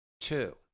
Two